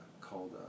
called